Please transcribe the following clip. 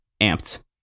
amped